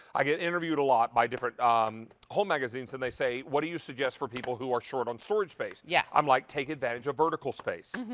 i get interviewed a lot by different um home magazines and they say, what do you suggest for people ah short on storage space? yeah i'm like, take advantage of vertical space.